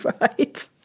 right